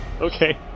okay